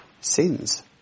sins